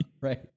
Right